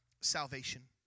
salvation